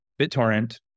BitTorrent